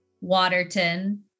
Waterton